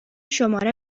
شماره